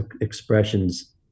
expressions